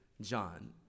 John